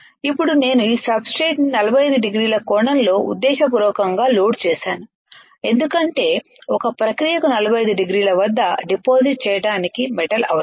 ఇప్పుడు నేను ఈ సబ్ స్ట్రేట్ ని 45 డిగ్రీల కోణంలో ఉద్దేశపూర్వకంగా లోడ్ చేసాను ఎందుకంటే ఒక ప్రక్రియకు 45 డిగ్రీల వద్ద డిపాజిట్ చేయడానికి మెటల్ అవసరం